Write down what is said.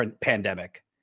pandemic